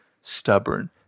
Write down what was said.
stubborn